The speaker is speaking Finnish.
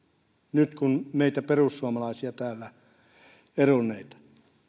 nyt kuin meitä perussuomalaisia täällä eronneita